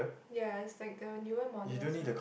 ya it's like the newer models one